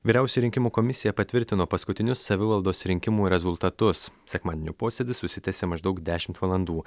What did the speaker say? vyriausioji rinkimų komisija patvirtino paskutinius savivaldos rinkimų rezultatus sekmadienio posėdis užsitęsė maždaug dešimt valandų